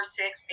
six